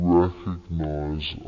recognize